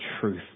truth